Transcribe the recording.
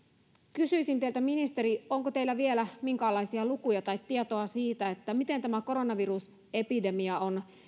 kysyisin teiltä ministeri onko teillä vielä minkäänlaisia lukuja tai tietoa siitä miten tämä koronavirusepidemia on